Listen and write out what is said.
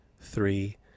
three